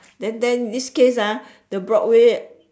then then this case ah the broad way